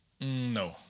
No